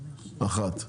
אחד.